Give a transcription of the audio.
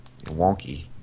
wonky